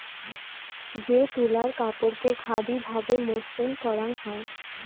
যে তুলার কাপড়কে খাদি ভাবে মসৃণ করাং হই